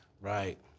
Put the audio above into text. Right